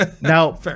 Now